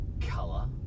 colour